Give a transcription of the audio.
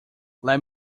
let